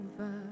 over